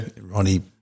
Ronnie